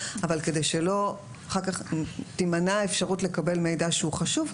אבל כדי שלא תימנע אחר-כך אפשרות לקבל מידע חשוב,